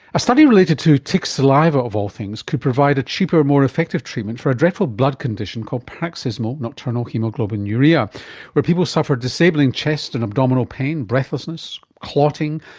a study related to tick saliva, of all things, could provide a cheaper more effective treatment for a dreadful blood condition called paroxysmal nocturnal hemoglobinuria where people suffer disabling chest and abdominal pain, breathlessness, clotting,